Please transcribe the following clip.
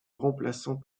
remplaçant